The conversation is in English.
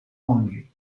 only